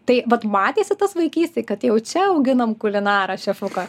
tai vat matėsi tas vaikystėj kad jau čia auginam kulinarą šefuką